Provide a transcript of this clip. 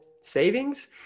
savings